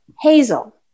Hazel